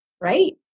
right